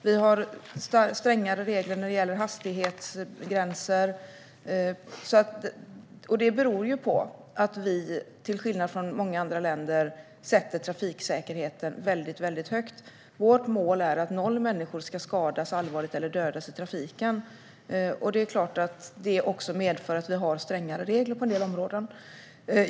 Vi har höga ambitioner och sätter till skillnad från många andra länder trafiksäkerheten högt. Vårt mål är att noll människor ska skadas allvarligt eller dödas i trafiken. Det medför såklart att vi har strängare regler på en del områden.